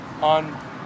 on